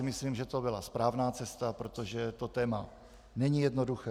Myslím si, že to byla správná cesta, protože to téma není jednoduché.